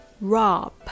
Rob